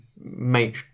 make